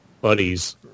Buddies